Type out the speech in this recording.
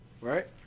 Right